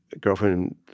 girlfriend